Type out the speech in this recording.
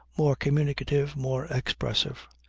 more communicative, more expressive.